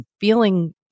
feeling